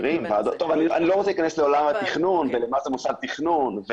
אני לא רוצה להיכנס לעולם התכנון ומה זה מוסד תכנון.